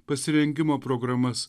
pasirengimo programas